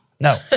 No